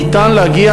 ניתן להגיע,